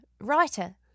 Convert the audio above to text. writer